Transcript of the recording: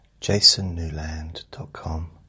jasonnewland.com